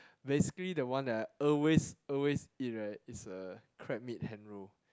basically the one that I always always eat right is a crab meat hand roll